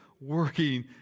working